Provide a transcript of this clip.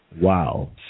Wow